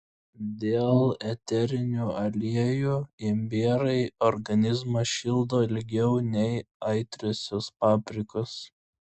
dėl eterinių aliejų imbierai organizmą šildo ilgiau nei aitriosios paprikos